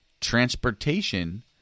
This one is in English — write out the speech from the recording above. Transportation